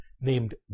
named